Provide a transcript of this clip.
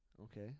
Okay